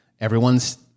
Everyone's